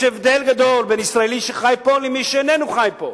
יש הבדל גדול בין ישראלי שחי פה למי שאיננו חי פה.